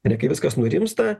ir kai viskas nurimsta